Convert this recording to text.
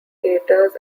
theatres